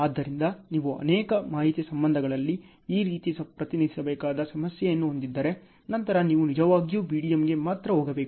ಆದ್ದರಿಂದ ನೀವು ಅನೇಕ ಮಾಹಿತಿ ಸಂಬಂಧಗಳಲ್ಲಿ ಈ ರೀತಿ ಪ್ರತಿನಿಧಿಸಬೇಕಾದ ಸಮಸ್ಯೆಯನ್ನು ಹೊಂದಿದ್ದರೆ ನಂತರ ನೀವು ನಿಜವಾಗಿಯೂ BDM ಗೆ ಮಾತ್ರ ಹೋಗಬೇಕು